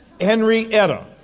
Henrietta